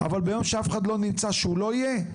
אבל ביום שאף אחד לא נמצא שהוא לא יהיה?